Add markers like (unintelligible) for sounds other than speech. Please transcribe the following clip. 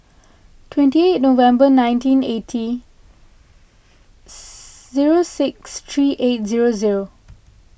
twenty eight November nineteen eighty (unintelligible) zero six three eight zero zero